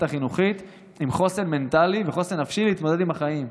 החינוכית עם חוסן מנטלי וחוסן נפשי להתמודד עם החיים.